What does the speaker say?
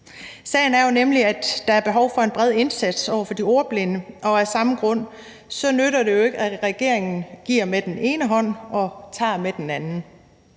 Sagen er nemlig, at der er behov for en bred indsats for de ordblinde, og af samme grund nytter det jo ikke, at regeringen giver med den ene hånd og tager med den anden.